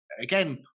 again